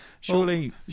surely